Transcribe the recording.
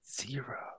Zero